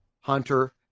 hunter